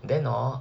then hor